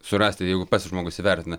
surasti jeigu žmogus įvertina